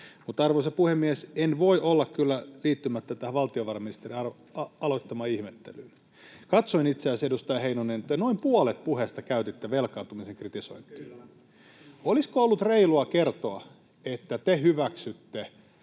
muistaa. Arvoisa puhemies! En voi kyllä olla liittymättä tähän valtiovarainministerin aloittamaan ihmettelyyn. Katsoin itse asiassa, edustaja Heinonen, että noin puolet puheestanne käytitte velkaantumisen kritisointiin. [Timo Heinonen ja Petteri Orpo pyytävät